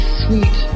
sweet